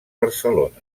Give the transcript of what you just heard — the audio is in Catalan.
barcelona